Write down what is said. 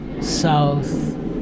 south